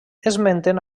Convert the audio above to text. esmenten